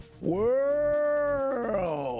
world